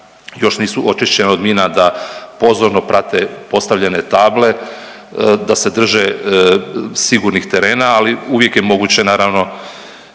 još nisu očišćena od mina da pozorno prate postavljene table, da se drže sigurnih terena, ali uvijek je moguće naravno